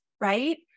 right